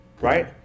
right